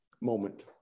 moment